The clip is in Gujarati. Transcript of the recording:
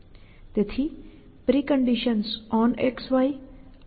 તેથી પ્રિકન્ડિશન્સ OnXY ArmEmpty અને Clear હોય છે